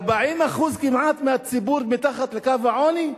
כמעט 40% מהציבור מתחת לקו העוני,